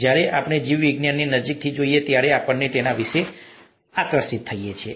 જ્યારે આપણે જીવવિજ્ઞાનને નજીકથી જોઈએ છીએ ત્યારે આપણે તેના વિશે આકર્ષિત થઈએ છીએ